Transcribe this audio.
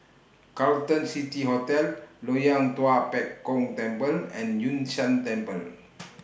Carlton City Hotel Loyang Tua Pek Kong Temple and Yun Shan Temple